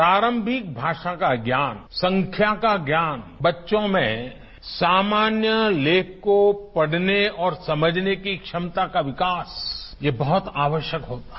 प्रारंभिक भाषा का ज्ञान संख्या का ज्ञान बच्चों में सामान्य लेख को पढ़ने और समझने की क्षमता का विकास यह बहुत आवश्यक होता है